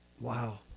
wow